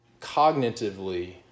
cognitively